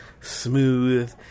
smooth